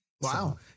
Wow